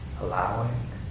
allowing